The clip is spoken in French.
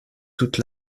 toute